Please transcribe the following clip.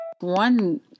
One